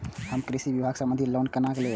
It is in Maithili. हम कृषि विभाग संबंधी लोन केना लैब?